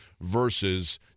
versus